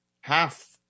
half